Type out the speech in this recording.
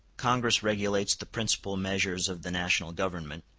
congress regulates the principal measures of the national government,